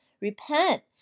Repent